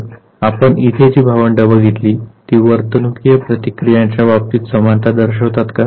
तर आपण इथे जी भावंड बघितली ती वर्तनुकीय प्रतिक्रियांच्या बाबतीत समानता दर्शवतात का